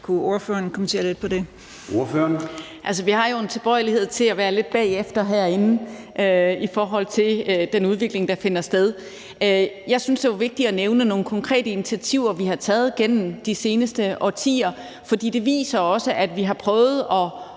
Gade): Ordføreren. Kl. 16:41 Eva Kjer Hansen (V): Vi har jo en tilbøjelighed til at være lidt bagefter herinde i forhold til den udvikling, der finder sted. Jeg synes, at det var vigtigt at nævne nogle konkrete initiativer, vi har taget gennem de seneste årtier, fordi det også viser, at vi har prøvet at